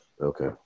Okay